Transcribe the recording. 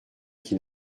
qui